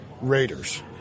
Raiders